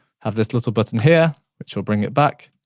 have this little button here, which will bring it back.